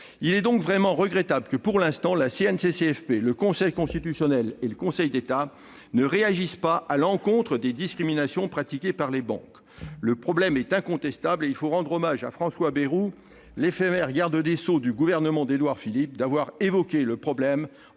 Il est donc vraiment regrettable que la CNCCFP, le Conseil constitutionnel et le Conseil d'État n'aient pour l'instant pas réagi à l'encontre des discriminations pratiquées par les banques. Le problème est incontestable et il faut rendre hommage à François Bayrou, l'éphémère garde des sceaux du premier gouvernement d'Édouard Philippe, d'avoir évoqué le problème